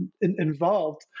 involved